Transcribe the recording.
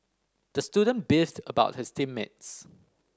the student beefed about his team mates